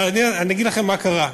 אבל אגיד לכם מה קרה,